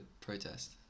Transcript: protest